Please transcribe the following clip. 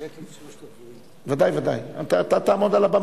בצירוף קולו של יושב-ראש הוועדה כרמל שאמה-הכהן,